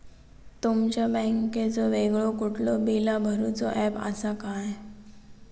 तुमच्या बँकेचो वेगळो कुठलो बिला भरूचो ऍप असा काय?